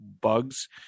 bugs